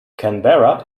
canberra